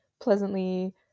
pleasantly